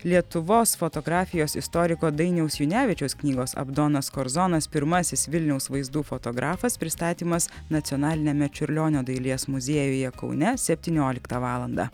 lietuvos fotografijos istoriko dainiaus junevičiaus knygos abdonas korzonas pirmasis vilniaus vaizdų fotografas pristatymas nacionaliniame čiurlionio dailės muziejuje kaune septynioliktą valandą